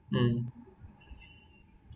um